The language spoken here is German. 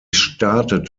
startet